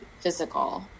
physical